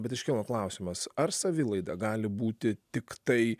bet iškilo klausimas ar savilaida gali būti tiktai